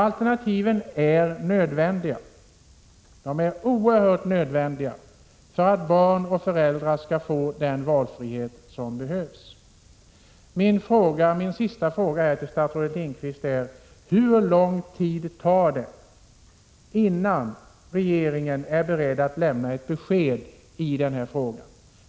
Alternativen är oerhört nödvändiga för att barn och föräldrar skall få den valfrihet som behövs. Min sista fråga till statsrådet Lindqvist är: Hur lång tid tar det innan regeringen är beredd att lämna ett besked i denna fråga?